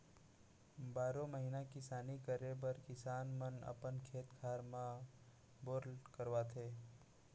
बारो महिना किसानी करे बर किसान मन अपन खेत खार म बोर करवाथे